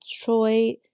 Troy